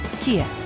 Kia